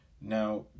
Now